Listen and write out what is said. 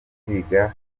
kwiga